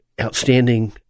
outstanding